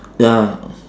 ya